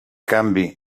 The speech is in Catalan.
canvi